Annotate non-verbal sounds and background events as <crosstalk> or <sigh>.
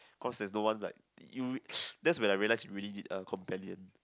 cause there no one like you <noise> that's when I realise we really need a companion